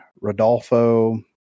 Rodolfo